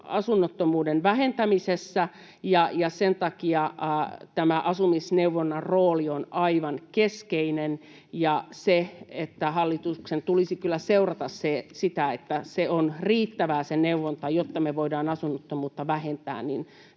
asunnottomuuden vähentämisessä, ja sen takia tämä asumisneuvonnan rooli on aivan keskeinen. Olisi tärkeää, että hallituksen tulisi kyllä seurata sitä, että se neuvonta on riittävää, jotta me voidaan asunnottomuutta vähentää